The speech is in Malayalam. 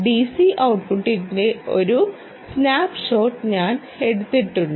ഡിസി ഔട്ട്പുട്ടിന്റെ ഒരു സ്നാപ്പ്ഷോട്ട് ഞാൻ എടുത്തിട്ടുണ്ട്